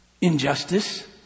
injustice